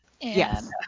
Yes